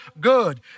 good